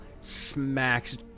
smacks